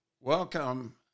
welcome